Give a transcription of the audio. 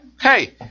Hey